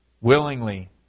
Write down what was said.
Willingly